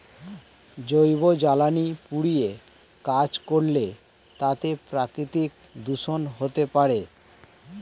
জৈব জ্বালানি পুড়িয়ে কাজ করলে তাতে প্রাকৃতিক দূষন হতে পারে